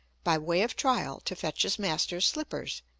by way of trial, to fetch his master's slippers.